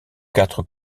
quatre